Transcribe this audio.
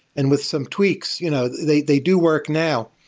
and with some tweaks you know they they do work now.